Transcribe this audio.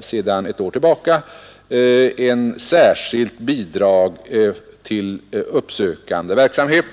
sedan ett år tillbaka också givit ett särskilt bidrag till uppsökande verksamhet.